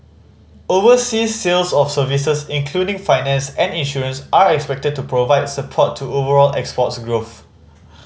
overseas sales of services including finance and insurance are expected to provide support to overall exports growth